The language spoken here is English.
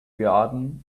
garden